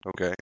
okay